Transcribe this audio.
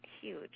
huge